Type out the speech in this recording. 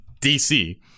dc